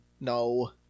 No